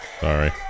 Sorry